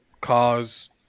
cause